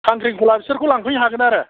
खांख्रिख'ला बेफोरखौ लांफैनो हागोन आरो